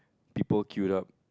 people queued up